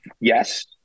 yes